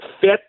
fit